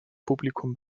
publikum